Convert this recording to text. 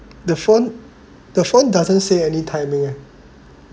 the phone the phone doesn't say any timing eh